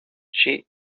she